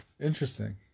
interesting